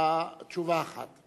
בתשובה אחת.